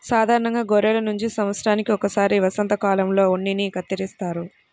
సాధారణంగా గొర్రెల నుంచి సంవత్సరానికి ఒకసారి వసంతకాలంలో ఉన్నిని కత్తిరిస్తారు